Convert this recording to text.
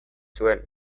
zuen